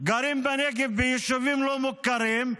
גרים בנגב ביישובים לא מוכרים,